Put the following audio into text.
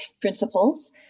principles